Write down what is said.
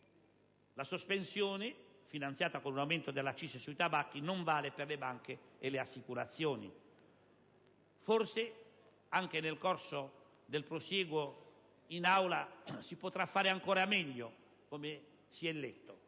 La sospensione, finanziata con un aumento delle accise sui tabacchi, non vale per le banche e per le assicurazioni. Forse, anche nel corso del prosieguo in Aula, si potrà fare ancora meglio, come si è letto.